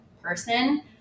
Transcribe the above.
person